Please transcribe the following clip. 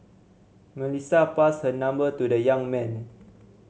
Melissa passed her number to the young man